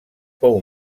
fou